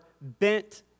bent